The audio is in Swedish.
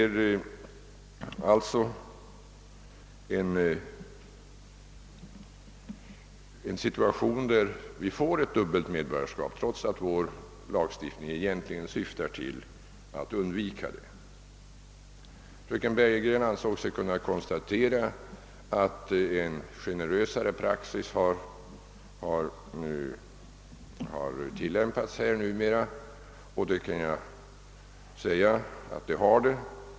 I denna situation får barnet alltså dubbelt medborgarskap, trots att vår lagstiftning egentligen syftar till att undvika det. Fröken Bergegren ansåg sig kunna konstatera att en generösare praxis numera tillämpas. Jag kan vitsorda att det är riktigt.